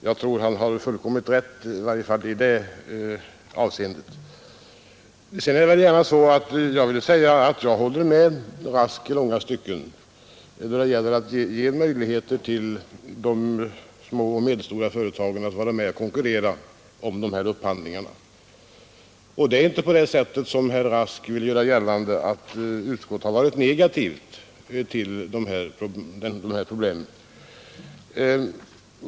Jag tror att han har fullkomligt rätt i varje fall i det avseendet Sedan vill jag gärna säga att jag håller med herr Rask i långa stycken när det gäller att ge möjligheter för de små och medelstora företagen att vara med och konkurrera om dessa upphandlingar. Det är inte på det sättet, som herr Rask vill göra gällande, att utskottet har varit negativt till dessa problem.